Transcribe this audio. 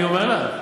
אני אומר לך,